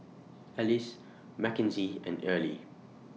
Alys Mackenzie and Earlie